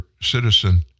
citizen